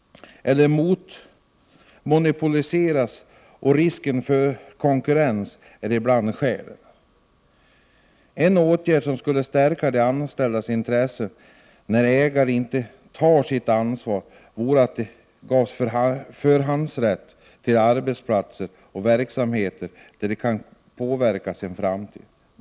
Ett monopolintresse och risker för konkurrens är ibland skälen. En åtgärd som skulle stärka de anställdas intressen när ägaren inte tar sitt ansvar vore att de gavs förhandsrätt till arbetsplatsen och verksamheten för att därmed kunna påverka sin framtid.